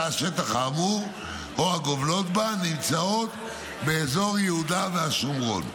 השטח האמור או הגובלות בה נמצאות באזור יהודה והשומרון.